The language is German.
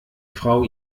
frau